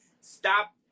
stop